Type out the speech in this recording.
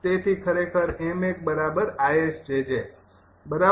તેથી ખરેખર 𝑚૧𝐼𝑆𝑗𝑗 બરાબર